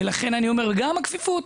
גם הכפיפות.